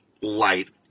light